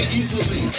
easily